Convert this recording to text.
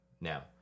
Now